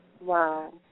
Wow